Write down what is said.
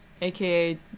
aka